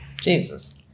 Jesus